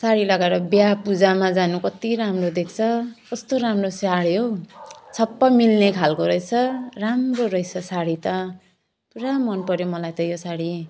साडी लगाएर बिहा पूजामा जानु कति राम्रो देख्छ कस्तो राम्रो साडी हौ छप्प मिल्ने खाले रहेछ राम्रो रहेछ साडी त पुरा मन पऱ्यो मलाई त यो साडी